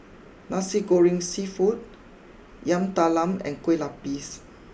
Nasi Goreng Seafood Yam Talam and Kueh Lapis